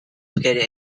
located